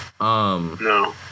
No